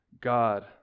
God